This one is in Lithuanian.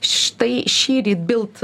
štai šįryt bilt